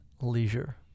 leisure